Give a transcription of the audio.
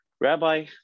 Rabbi